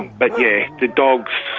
but yeah, the dogs,